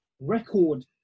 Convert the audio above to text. record